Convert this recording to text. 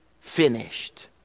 finished